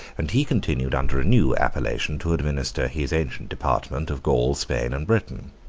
and he continued under a new appellation to administer his ancient department of gaul, spain, and britain.